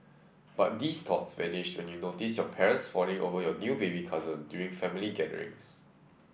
but these thoughts vanished when you notice your parents fawning over your new baby cousin during family gatherings